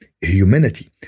humanity